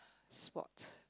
sport